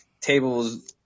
tables